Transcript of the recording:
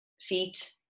feet